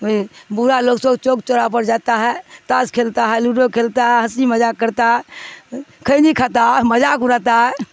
برا لوگ سو چوک چورا پر جاتا ہے تاس کھیلتا ہے لوڈو کھیلتا ہے ہنسی مزا کرتا ہے کین کھاتا مزا کرراتا ہے